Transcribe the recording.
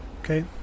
okay